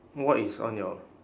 what is on your